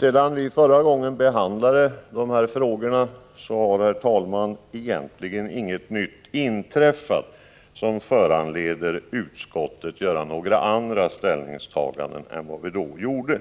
Sedan vi förra gången behandlade dessa frågor har, herr talman, egentligen inget nytt inträffat som skulle föranleda utskottet att göra andra ställningstaganden än vad vi då gjorde.